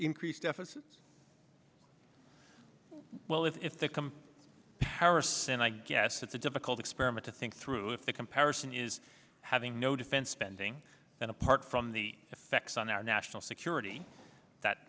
increase deficits well if they come to paris and i guess it's a difficult experiment to think through if the comparison is having no defense spending and apart from the effects on our national security that